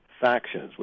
factions